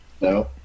No